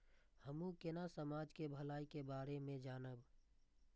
हमू केना समाज के भलाई के बारे में जानब?